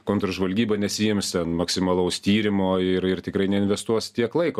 kontržvalgyba nesiims ten maksimalaus tyrimo ir ir tikrai neinvestuos tiek laiko